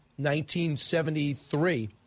1973